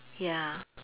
ya